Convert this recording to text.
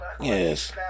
Yes